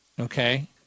okay